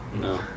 No